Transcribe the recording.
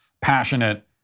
passionate